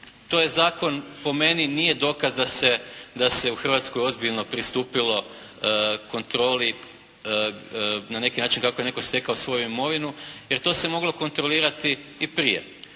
to je zakon po meni nije dokaz da se u Hrvatskoj ozbiljno pristupilo kontroli, na neki način kako je netko stekao svoju imovinu jer to se moglo kontrolirati i prije.